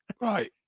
Right